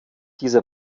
diese